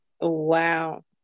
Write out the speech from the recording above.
Wow